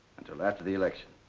until after the election.